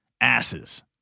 asses